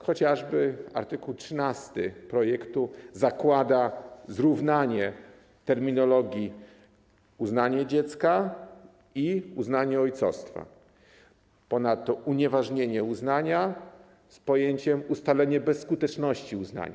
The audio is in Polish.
Chociażby art. 13 projektu zakłada zrównanie terminów „uznanie dziecka” i „uznanie ojcostwa”, ponadto „unieważnienie uznania” z pojęciem „ustalenie bezskuteczności uznania”